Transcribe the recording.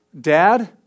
Dad